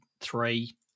three